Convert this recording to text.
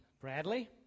Bradley